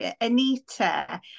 Anita